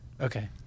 Okay